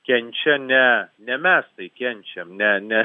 kenčia ne ne mes tai kenčiam ne ne